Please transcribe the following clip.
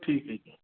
ਠੀਕ ਹੈ ਜੀ